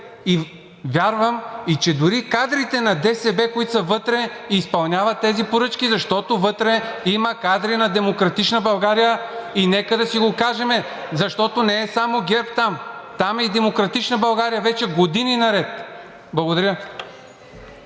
и вярвам, че дори и кадрите на ДСБ, които са вътре, изпълняват тези поръчки, защото вътре има кадри на „Демократична България“. И нека да си го кажем, защото там не е само ГЕРБ, там е и „Демократична България“ вече години наред. Благодаря.